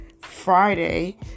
Friday